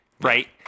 Right